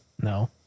No